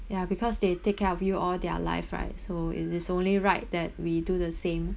ya because they take care of you all their life right so it's it's only right that we do the same